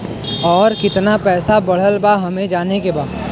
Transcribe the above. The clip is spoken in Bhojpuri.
और कितना पैसा बढ़ल बा हमे जाने के बा?